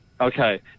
Okay